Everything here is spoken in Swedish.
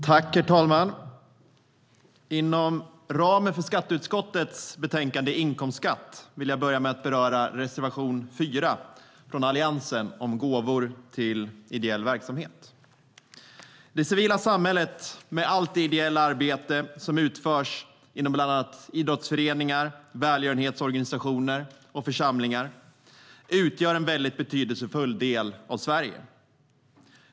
Herr talman! Inom ramen för skatteutskottets betänkande InkomstskattDet civila samhället, med allt det ideella arbete som utförs inom bland annat idrottsföreningar, välgörenhetsorganisationer och församlingar, utgör en betydelsefull del av Sverige.